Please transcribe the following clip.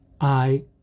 I